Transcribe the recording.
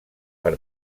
per